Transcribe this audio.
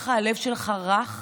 הלב שלך רך